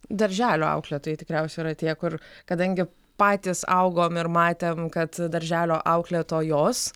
darželio auklėtojai tikriausiai yra tie kur kadangi patys augom ir matėm kad darželio auklėtojos